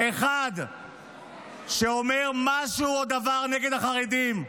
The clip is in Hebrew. אין אחד שאומר משהו או דבר נגד החרדים.